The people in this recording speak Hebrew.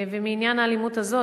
מעניין האלימות הזו,